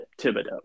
Thibodeau